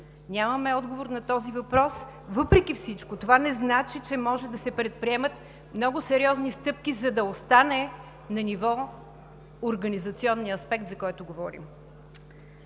Нямаме отговор на този въпрос. Въпреки всичко това не значи, че не могат да се предприемат много сериозни стъпки, за да остане на ниво организационният аспект, за който говорим.